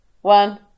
one